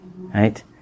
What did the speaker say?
right